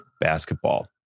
basketball